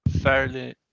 fairly